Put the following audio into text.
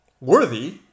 worthy